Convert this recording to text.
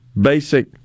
basic